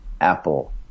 Apple